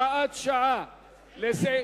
עוברים לסעיף 75. הסתייגות קבוצת מרצ,